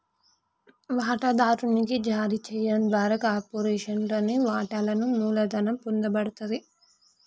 వాటాదారునికి జారీ చేయడం ద్వారా కార్పొరేషన్లోని వాటాలను మూలధనం పొందబడతది